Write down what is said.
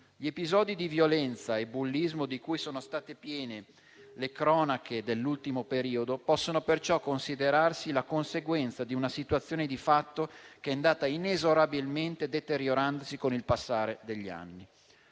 Gli episodi di violenza e bullismo di cui sono state piene le cronache dell'ultimo periodo possono perciò considerarsi la conseguenza di una situazione di fatto che è andata inesorabilmente deteriorandosi con il passare degli anni.